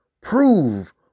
Prove